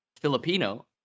filipino